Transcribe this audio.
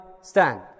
stand